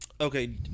Okay